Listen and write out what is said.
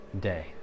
day